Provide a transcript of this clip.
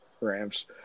Rams